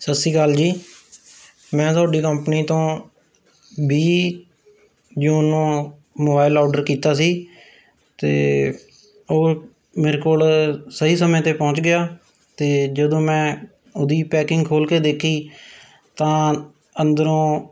ਸਤਿ ਸ਼੍ਰੀ ਅਕਾਲ ਜੀ ਮੈਂ ਤੁਹਾਡੀ ਕੰਪਨੀ ਤੋਂ ਵੀਹ ਜੂਨ ਨੂੰ ਮੋਬਾਈਲ ਆਰਡਰ ਕੀਤਾ ਸੀ ਅਤੇ ਉਹ ਮੇਰੇ ਕੋਲ ਸਹੀ ਸਮੇਂ 'ਤੇ ਪਹੁੰਚ ਗਿਆ ਅਤੇ ਜਦੋਂ ਮੈਂ ਉਹਦੀ ਪੈਕਿੰਗ ਖੋਲ੍ਹ ਕੇ ਦੇਖੀ ਤਾਂ ਅੰਦਰੋਂ